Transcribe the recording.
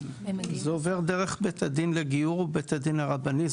זה עובר דרך בית הדין לגיור, בית הדין הרבני.